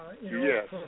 Yes